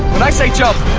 when i say jump.